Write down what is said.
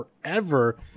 forever